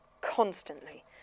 constantly